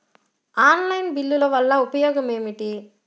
Online బిల్లుల వల్ల ఉపయోగమేమిటీ?